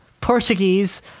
Portuguese